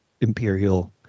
imperial